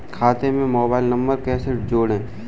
खाते से mobile number कैसे जोड़ें?